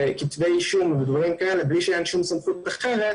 בכתבי אישום, מבלי שאין סמכות אחרת,